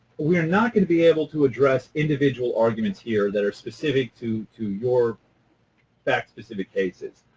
we are not going to be able to address individual arguments here that are specific to to your fact-specific cases.